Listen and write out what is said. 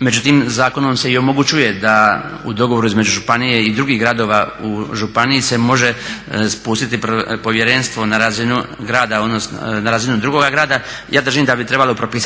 Međutim, zakonom se i omogućuje da u dogovoru između županije i drugih gradova u županiji se može spustiti povjerenstvo na razinu grada odnosno, na razinu drugoga grada. Ja držim da bi trebalo propisati